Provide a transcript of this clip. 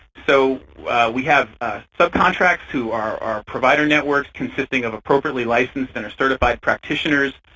so we have sub-contracts who are are provider networks consisting of appropriately licensed and are certified practitioners,